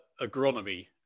agronomy